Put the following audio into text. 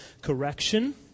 correction